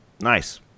Nice